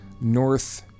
north